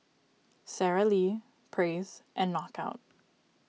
Sara Lee Praise and Knockout